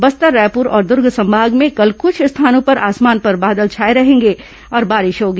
बस्तर रायपूर और दूर्ग संभाग में कल कुछ स्थानों पर आसमान पर बादल छाए रहेंगे और बारिश होगी